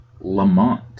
Lamont